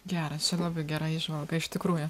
geras čia labai gera įžvalga iš tikrųjų